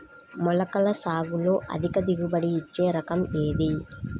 మొలకల సాగులో అధిక దిగుబడి ఇచ్చే రకం ఏది?